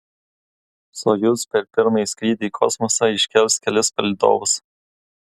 sojuz per pirmąjį skrydį į kosmosą iškels kelis palydovus